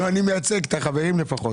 לא, אני מייצג את החברים לפחות.